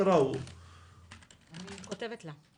אני כותבת לה.